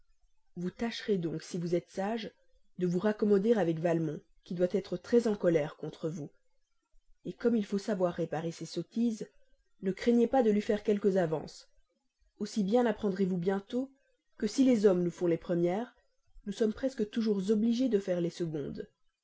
vous tâcherez donc si vous êtes sage de vous raccommoder avec valmont qui doit être très en colère contre vous comme il faut savoir réparer ses sottises ne craignez pas de lui faire quelques avances aussi bien apprendrez vous bientôt que si les hommes nous font les premières nous sommes presque toujours obligées de faire les secondes